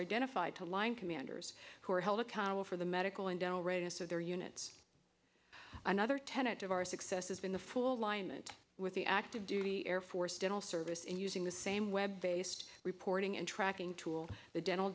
identified to line commanders who are held accountable for the medical and dental readiness of their units another tenet of our success has been the full alignment with the active duty air force dental service and using the same web based reporting and tracking tool the dental